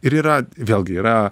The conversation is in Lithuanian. ir yra vėlgi yra